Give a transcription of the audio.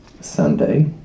Sunday